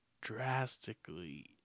drastically